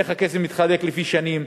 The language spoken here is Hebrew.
איך הכסף מתחלק לפי שנים,